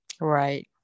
Right